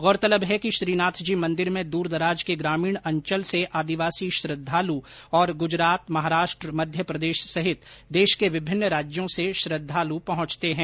गौरतलब है कि श्रीनाथजी मंदिर में दूरदराज के ग्रामीण अंचल से आदिवासी श्रद्धालु और गुजरात महाराष्ट्र मध्यप्रदेश सहित देश के विभिन्न राज्यो से श्रद्वालु पहुंचते है